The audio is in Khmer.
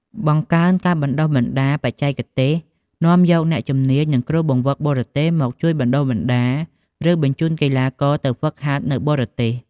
បង្កើនការបណ្ដុះបណ្ដាលបច្ចេកទេស នាំយកអ្នកជំនាញ និងគ្រូបង្វឹកបរទេសមកជួយបណ្ដុះបណ្ដាល ឬបញ្ជូនកីឡាករទៅហ្វឹកហាត់នៅបរទេស។